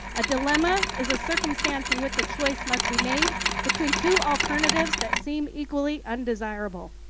a dilemma is a circumstance in which the choice must be made between two alternatives that seem equally undesirable.